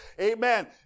Amen